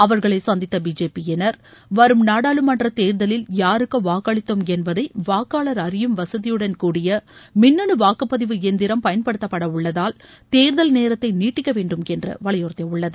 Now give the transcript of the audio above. அவர்களை சந்தித்த பிஜேபியினர் வரும் நாடாளுமன்ற தேர்தலில் யாருக்கு வாக்களித்தோம் என்பதை வாக்காளர் அறியும் வசதியுடன் கூடிய மின்னணு வாக்குப் பதிவு எந்திரம் பயன்படுத்தப்படவுள்ளதால் தேர்தல் நேரத்தை நீட்டிக்க வேண்டும் என்று வலியுறத்தியுள்ளது